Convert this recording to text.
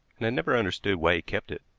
and had never understood why he kept it.